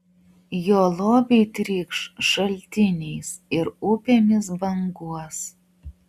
jo lobiai trykš šaltiniais ir upėmis banguos